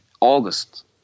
August